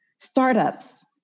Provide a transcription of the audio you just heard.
startups